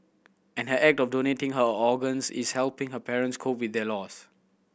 and her act of donating her organs is helping her parents cope with their loss